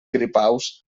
gripaus